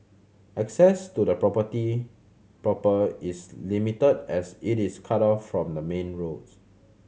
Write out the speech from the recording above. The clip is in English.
access to the property proper is limited as it is cut off from the main roads